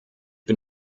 bin